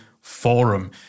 forum